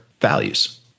values